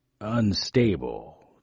unstable